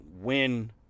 win